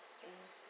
mm